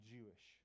Jewish